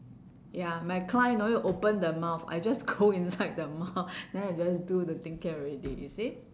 ya my client don't need to open the mouth I just go inside the mouth then I just do the thing can already you see